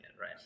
right